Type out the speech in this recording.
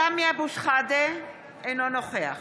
סמי אבו שחאדה, אינו נוכח